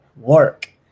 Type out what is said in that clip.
work